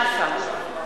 אינו נוכח סעיד נפאע,